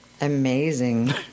Amazing